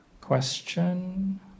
question